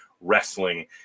Wrestling